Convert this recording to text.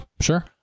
sure